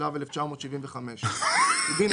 התשל"ו 1975‏; "טובין",